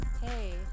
Hey